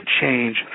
change